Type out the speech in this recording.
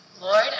Lord